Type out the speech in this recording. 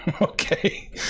Okay